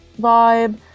vibe